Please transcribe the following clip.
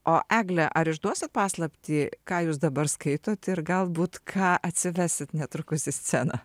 o egle ar išduosit paslaptį ką jūs dabar skaitot ir galbūt ką atsivesit netrukus į sceną